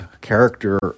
character